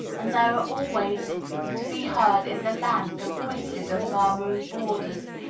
and there are always to be heard in the land the voices of murmuring boarders,